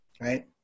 Right